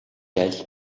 аль